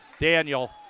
Daniel